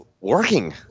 working –